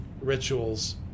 rituals